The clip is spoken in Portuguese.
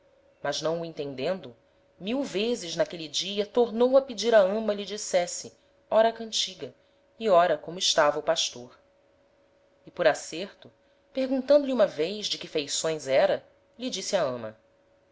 mas não o entendendo mil vezes n'aquele dia tornou a pedir á ama lhe dissesse ora a cantiga e ora como estava o pastor e por acerto perguntando-lhe uma vez de que feições era lhe disse a ama